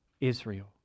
Israel